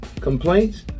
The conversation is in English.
complaints